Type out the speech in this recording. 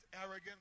arrogant